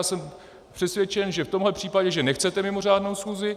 Jsem přesvědčen, že v tomhle případě nechcete mimořádnou schůzi.